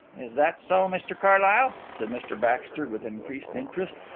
is that so, mr carlyle? said mr baxter, with increased interest.